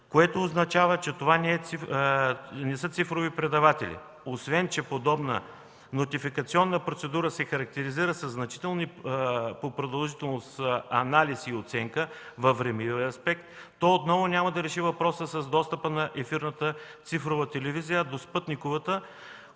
Това означава, че това не са цифрови предаватели. Освен че подобна нотификационна процедура се характеризира със значителни по продължителност анализ и оценка във времеви аспект, то отново няма да реши въпроса с достъпа до ефирната цифрова телевизия, до спътниковата,